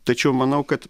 tačiau manau kad